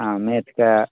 हँ मैथके